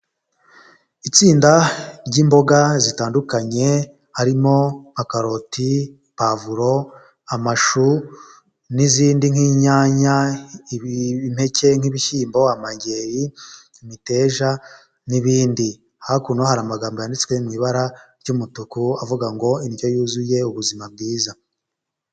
Itsinda ry'imboga zitandukanye harimo nka karoti, pavuro, amashu n'izindi nk'inyanya, impeke, nk'ibishyimbo, amageri, imiteja n'ibindi. Hakuno hari amagambo yanditswe mu ibara ry'umutuku avuga ngo indyo yuzuye ubuzima bwiza.